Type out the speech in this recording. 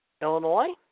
Illinois